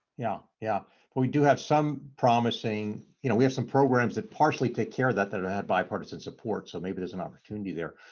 yeah yeah, but we do have some promising, you know we have some programs that partially take care of that that ah had bipartisan support so maybe there's an opportunity there,